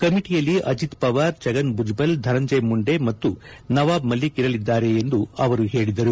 ಕಮಿಟಿಯಲ್ಲಿ ಅಜಿತ್ ಪವಾರ್ ಚಗನ್ ಬುಜ಼ಲ್ ಧನಂಜಯ ಮುಂಡೆ ಮತ್ತು ನವಾಬ್ ಮಲ್ಲಿಕ್ ಇರಲಿದ್ದಾರೆ ಎಂದು ಅವರು ಹೇಳಿದರು